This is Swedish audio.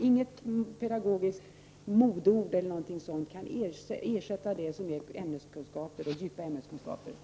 Inget pedagogiskt modeord eller liknande kan ersätta det värde som djupa ämneskunskaper har.